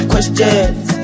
Questions